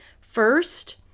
First